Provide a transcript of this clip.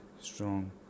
strong